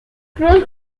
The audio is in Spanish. cross